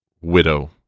widow